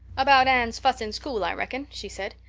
about anne's fuss in school, i reckon, she said.